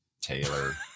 Taylor